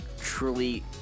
truly